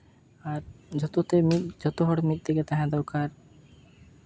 ᱟᱨ ᱡᱚᱛᱚ ᱛᱮ ᱡᱚᱛᱚ ᱦᱚᱲ ᱢᱤᱫ ᱛᱮᱜᱮ ᱛᱟᱦᱮᱸ ᱫᱚᱨᱠᱟᱨ